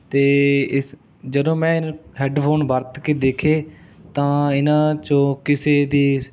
ਅਤੇ ਇਸ ਜਦੋਂ ਮੈਂ ਇਹ ਹੈੱਡਫ਼ੋਨ ਵਰਤ ਕੇ ਦੇਖੇ ਤਾਂ ਇਹਨਾਂ 'ਚੋ ਕਿਸੇ ਦੀ